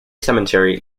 cemetery